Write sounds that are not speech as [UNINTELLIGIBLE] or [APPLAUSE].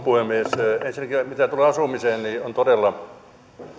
[UNINTELLIGIBLE] puhemies ensinnäkin mitä tulee asumiseen niin on todella